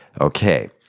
Okay